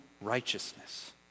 righteousness